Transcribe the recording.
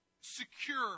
secure